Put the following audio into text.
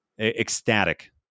ecstatic